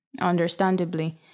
Understandably